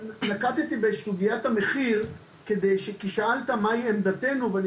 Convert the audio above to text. אני נקטתי בסוגיית המחיר כי שאלת מה היא עמדתינו ואני